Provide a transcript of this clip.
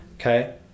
okay